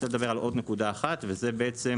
אני רוצה לדבר על עוד נקודה אחת וזה רוויזיה